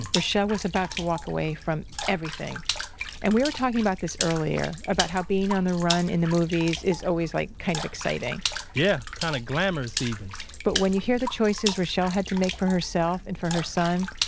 was about to walk away from everything and we were talking about this earlier about how being on the run in the movies is always like kind of exciting yeah. kind of glamorous even but when you hear the choices reshell had to make for herself and for her son,